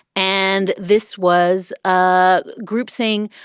and this was ah group saying,